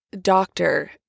doctor